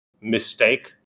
mistake